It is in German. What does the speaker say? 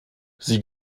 sie